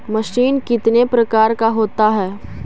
Machine कितने प्रकार का होता है?